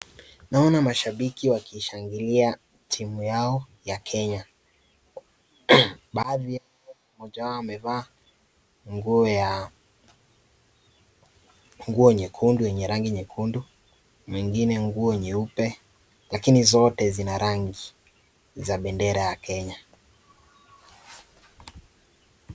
Naona mashabiki wakishangilia timu yao ya Kenya. Baadhi yao, moja wao amevaa nguo ya, nguo nyekundu yenye rangi nyekundu, mwigine nguo nyeupe, lakini zote zina rangi za bendera ya Kenya.